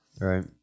Right